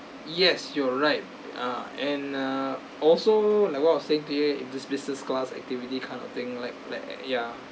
yes you're right uh and uh also like what I was saying to you is this business class activity kind of thing like like eh ya